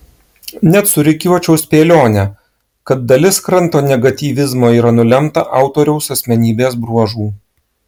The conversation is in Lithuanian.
net surikiuočiau spėlionę kad dalis kranto negatyvizmo yra nulemta autoriaus asmenybės bruožų